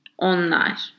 onlar